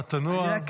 בתנועת הנוער.